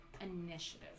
initiative